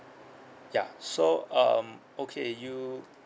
ya so um okay you